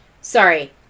sorry